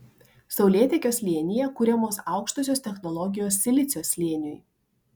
saulėtekio slėnyje kuriamos aukštosios technologijos silicio slėniui